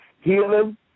healing